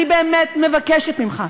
אני באמת מבקשת ממך,